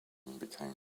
became